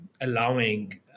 allowing